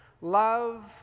love